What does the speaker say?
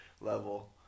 level